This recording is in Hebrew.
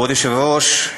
כבוד היושב-ראש,